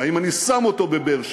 האם אני שם אותו בבאר-שבע?